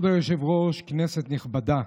כבוד היושב-ראש, כנסת נכבדה,